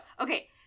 okay